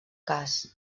cas